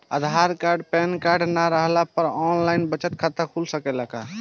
आधार card PAN card न रहला पर आन लाइन बचत खाता खुल सकेला का?